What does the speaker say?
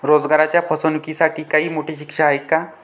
रोजगाराच्या फसवणुकीसाठी काही मोठी शिक्षा आहे का?